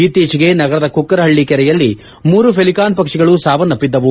ಇತ್ತೀಚೆಗೆ ನಗರದ ಕುಕ್ಕರಹಳ್ಳ ಕೆರೆಯಲ್ಲಿ ಮೂರು ಪೆಲಿಕಾನ್ ಪಕ್ಷಿಗಳು ಸಾವನ್ನಪ್ಪಿದ್ದವು